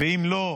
ואם לא,